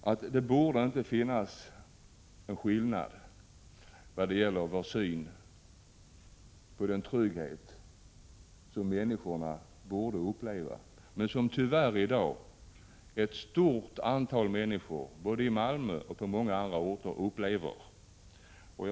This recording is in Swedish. Jag tycker ändå att det inte borde finnas skillnader när det gäller synen på den trygghet som människor borde få uppleva, men som tyvärr i dag ett stort antal människor både i Malmö och på många andra orter inte kan uppleva.